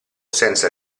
senza